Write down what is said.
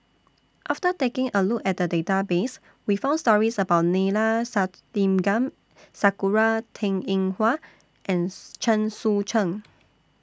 after taking A Look At The Database We found stories about Neila Sathyalingam Sakura Teng Ying Hua and Chen Sucheng